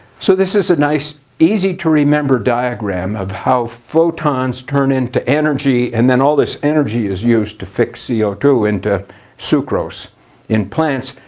so this is a nice easy to remember diagram of how photons turn into energy, and then all this energy is used to fix c o two into sucrose in plants.